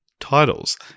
titles